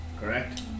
correct